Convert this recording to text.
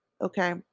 okay